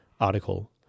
article